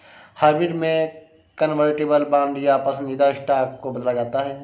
hybrid में convertible bond या पसंदीदा स्टॉक को बदला जाता है